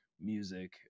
Music